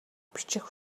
бичих